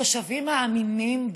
התושבים מאמינים בו.